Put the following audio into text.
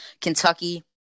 Kentucky